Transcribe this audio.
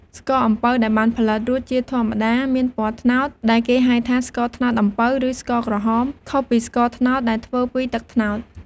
ស្ករអំពៅដែលបានផលិតរួចជាធម្មតាមានពណ៌ត្នោត ដែលគេហៅថា ស្ករត្នោតអំពៅ ឬ ស្ករក្រហម ខុសពីស្ករត្នោតដែលធ្វើពីទឹកត្នោត។